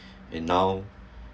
and now